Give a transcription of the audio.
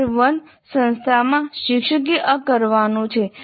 tyre 1 સંસ્થામાં શિક્ષકે આ કરવાનું છે